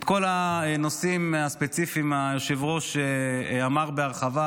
את כל הנושאים הספציפיים היושב-ראש אמר בהרחבה,